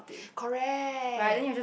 correct